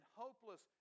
hopeless